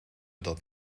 dat